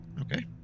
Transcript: Okay